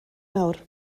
nawr